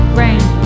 rain